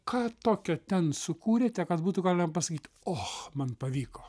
ką tokio ten sukūrėte kad būtų galima pasakyt och man pavyko